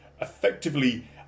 effectively